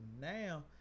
now